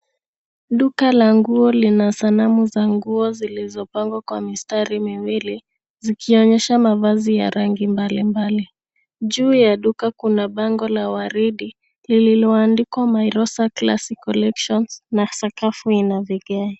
Duka la nguo lina sanamu za nguo zilizopangwa kwa mistari miwili zikionyesha mavazi ya rangi mbalimbali. Juu ya duka kuna bango la waridi lililoandikwa Mirosa Classy Collections na sakafu ina vigae.